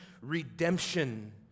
redemption